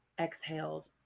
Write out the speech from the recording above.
exhaled